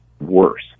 worse